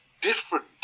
different